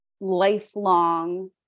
lifelong